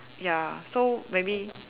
ya so maybe